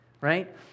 right